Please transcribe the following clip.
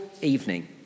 evening